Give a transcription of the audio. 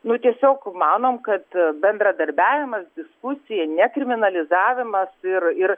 nu tiesiog manom kad bendradarbiavimas diskusija nekriminalizavimas ir ir